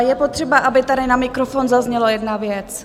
Je potřeba, aby tady na mikrofon zazněla jedna věc.